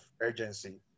urgency